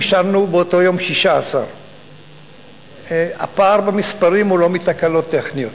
נשארנו באותו יום 16. הפער במספרים הוא לא מתקלות טכניות.